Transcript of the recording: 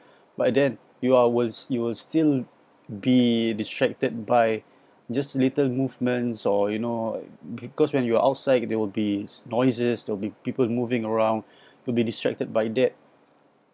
but then you are will you'll still be distracted by just little movements or you know cause when you're outside there'll be noises there'll be people moving around you'll be distracted by that